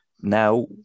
Now